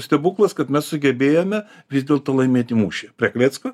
stebuklas kad mes sugebėjome vis dėlto laimėti mūšį prie klecko